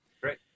great